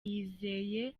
yizeye